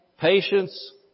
patience